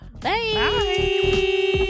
Bye